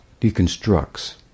deconstructs